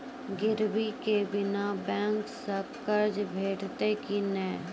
गिरवी के बिना बैंक सऽ कर्ज भेटतै की नै?